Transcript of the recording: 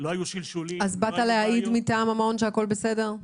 אז באת להעיד מטעם המעון שהכול בסדר?